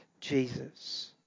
Jesus